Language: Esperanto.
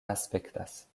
aspektas